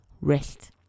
Rest